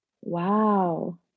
Wow